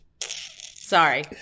Sorry